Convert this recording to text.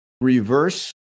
reverse